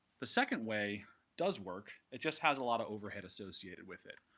the second way does work. it just has a lot of overhead associated with it,